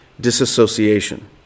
disassociation